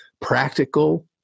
practical